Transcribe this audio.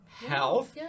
health